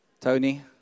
Tony